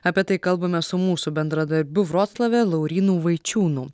apie tai kalbame su mūsų bendradarbiu vroclave laurynu vaičiūnu